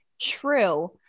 true